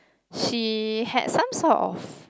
she had some sort of